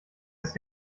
ist